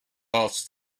asked